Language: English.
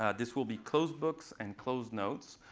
ah this will be closed-books and closed-notes.